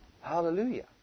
Hallelujah